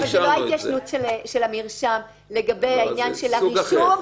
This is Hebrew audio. אבל זו לא ההתיישנות של המרשם לגבי העניין של הרישום,